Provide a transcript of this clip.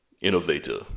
innovator